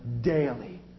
daily